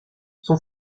son